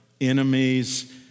enemies